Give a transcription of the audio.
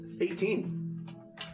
Eighteen